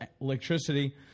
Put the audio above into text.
electricity